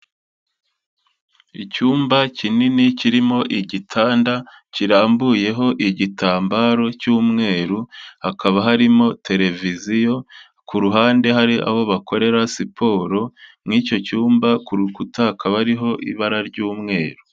Icyumba kinini kirimo igitanda, kirambuyeho igitambaro cy'umweru, hakaba harimo televiziyo, ku ruhande hari aho bakorera siporo, muri icyo cyumba ku rukuta hakaba hariho ibara ry'umweru.